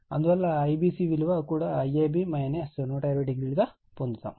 అందువల్ల IBC విలువ కూడా IAB∠ 120o గా పొందుతాము